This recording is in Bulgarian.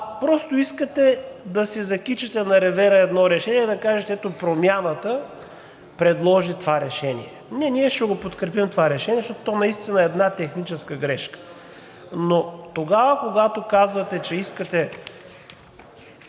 просто искате да си закичите на ревера едно решение, да кажете: ето, Промяната предложи това решение. Не, ние ще подкрепим това решение, защото то наистина е една техническа грешка, но тогава, когато казвате, че искате